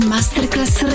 Masterclass